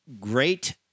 great